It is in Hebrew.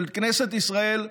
של כנסת ישראל,